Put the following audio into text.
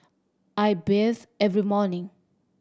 I bathe every morning